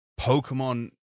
Pokemon